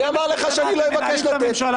מי אמר לך שאני לא אבקש לתת?